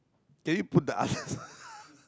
can you put the others also